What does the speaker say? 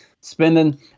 spending